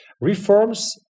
reforms